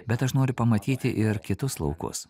bet aš noriu pamatyti ir kitus laukus